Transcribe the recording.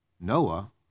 Noah